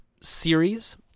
Series